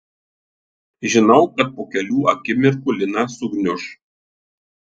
žinojau kad po kelių akimirkų lina sugniuš